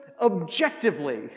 objectively